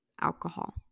alcohol